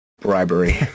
bribery